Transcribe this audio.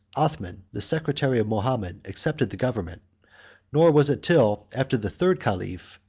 othman, the secretary of mahomet, accepted the government nor was it till after the third caliph,